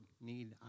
need